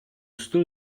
still